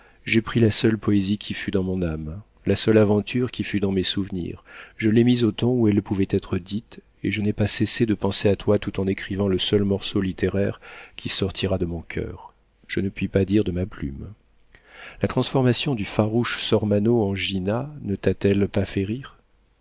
j'ai pris la seule poésie qui fût dans mon âme la seule aventure qui fût dans mes souvenirs je l'ai mise au ton où elle pouvait être dite et je n'ai pas cessé de penser à toi tout en écrivant le seul morceau littéraire qui sortira de mon coeur je ne puis pas dire de ma plume la transformation du farouche sormano en gina ne t'a-t-elle pas fait rire